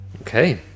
Okay